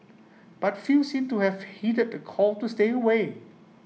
but few seemed to have heeded the call to stay away